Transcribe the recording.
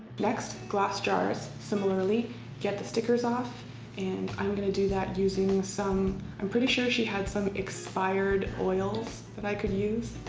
next glass jars similarly get the stickers off and i'm going to do that using some um pretty sure she had some expired oils that i could use.